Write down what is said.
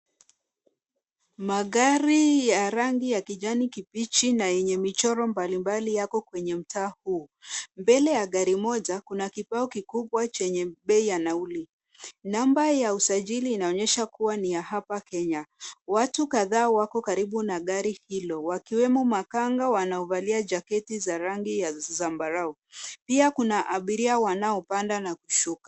Magari ya rangi ya kijani kibichi na yenye michoro mbalimbali yako kwenye mtaa huu. Mbele ya gari moja kuna kibao kikubwa chenye bei ya nauli. Namba ya usajili inaonyesha kuwa ni ya hapa Kenya. Watu kadhaa wako karibu na gari hilo wakiwemo makanga wanaovalia jaketi za rangi ya zambarau. Pia kuna abiria wanaopanda na kushuka.